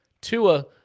Tua